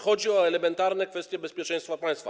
Chodzi o elementarne kwestie bezpieczeństwa państwa.